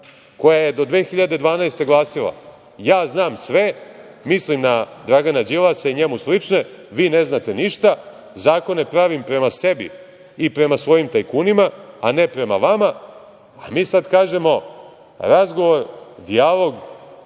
koja je do 2012. godine glasila, ja znam sve, mislim na Dragana Đilasa i njemu slične, vi ne znate ništa, zakone pravim prema sebi i prema svojim tajkunima, a ne prema vama. A mi sad kažemo razgovor dijalog,